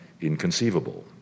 inconceivable